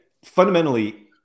Fundamentally